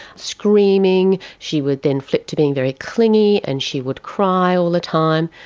screaming, she would then flip to being very clingy and she would cry all the time.